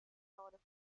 thought